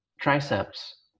triceps